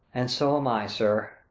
and so am i, sir.